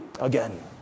again